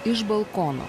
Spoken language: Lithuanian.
iš balkono